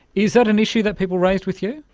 is that an issue that people raised with you?